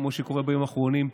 כמו שקורה בימים האחרונים,